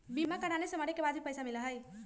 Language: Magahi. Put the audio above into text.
बीमा कराने से मरे के बाद भी पईसा मिलहई?